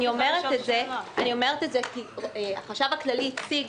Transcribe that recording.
אני אומרת את זה כי החשב הכללי הציג